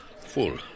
full